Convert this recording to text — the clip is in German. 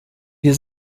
wir